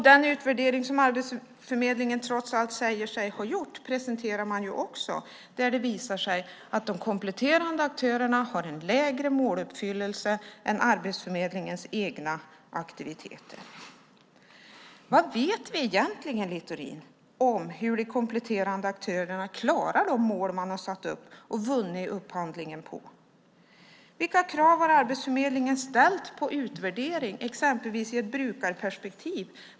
Den utvärdering som Arbetsförmedlingen trots allt säger sig ha gjort presenterar man också, och där visar det sig att de kompletterande aktörerna har en lägre måluppfyllelse än Arbetsförmedlingens egna aktiviteter. Vad vet vi egentligen, Littorin, om hur de kompletterande aktörerna klarar de mål man har satt upp och vunnit upphandlingen på? Vilka krav har Arbetsförmedlingen ställt på utvärdering, exempelvis i ett brukarperspektiv?